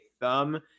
thumb